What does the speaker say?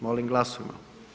Molim glasujmo.